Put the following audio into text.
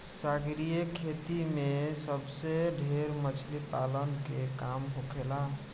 सागरीय खेती में सबसे ढेर मछली पालन के काम होखेला